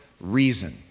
reason